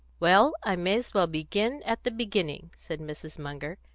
well, i may as well begin at the beginning, said mrs. munger,